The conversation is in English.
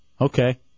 Okay